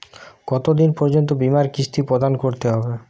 কতো দিন পর্যন্ত বিমার কিস্তি প্রদান করতে হবে?